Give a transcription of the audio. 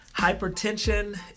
hypertension